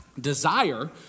desire